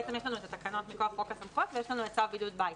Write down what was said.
יש לנו את התקנות מכוח חוק הסמכויות ויש לנו את צו בידוד בית.